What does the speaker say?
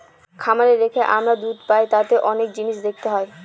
খামারে রেখে আমরা দুধ পাই তাতে অনেক জিনিস দেখতে হয়